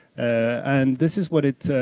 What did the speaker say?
and this is what it,